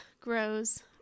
grows